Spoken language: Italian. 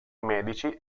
medici